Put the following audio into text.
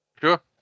Sure